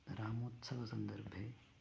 रामोत्सवसन्दर्भे